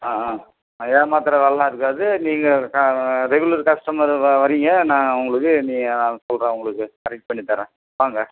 ஆ ஆ ஏமாத்துகிற வேலைல்லாம் இருக்காது நீங்கள் க ரெகுலர் கஸ்டமர் வ வர்றீங்க நான் உங்களுக்கு நீங்கள் சொல்லுறேன் உங்களுக்கு கரெக்ட் பண்ணித் தர்றேன் வாங்க